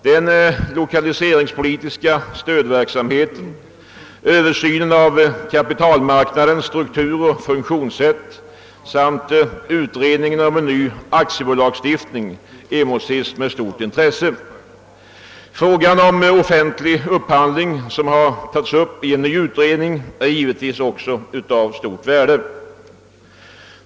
Den «<lokaliseringspolitiska stödverksamheten, översynen av kapitalmarknadens struktur och funktionssätt samt utredningen om en ny aktiebolagslagstiftning emotses med stort intresse. Frågan om offentlig upphandling, som tagits upp i en ny utredning, är givetvis också av största värde.